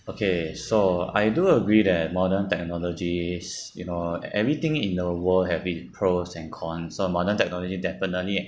okay so I do agree that modern technologies you know e~ everything in the world have it pros and cons so modern technology definitely